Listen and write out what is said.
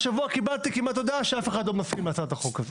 והשבוע קיבלתי הודעה שכמעט אף אחד לא מסכים להצעת החוק הזאת.